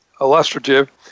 illustrative